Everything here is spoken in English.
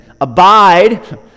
Abide